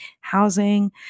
housing